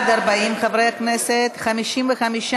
את הצעת חוק